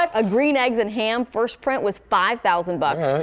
um a green eggs and ham first print was five thousand bucks.